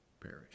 perish